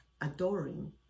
adoring